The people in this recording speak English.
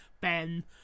Ben